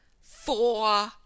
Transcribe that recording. Four